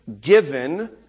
given